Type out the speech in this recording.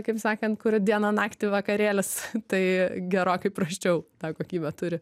kaip sakant kur dieną naktį vakarėlis tai gerokai prasčiau tą kokybę turi